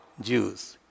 Jews